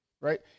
right